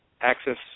access